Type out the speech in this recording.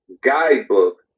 guidebook